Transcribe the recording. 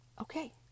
Okay